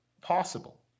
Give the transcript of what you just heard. possible